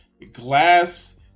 glass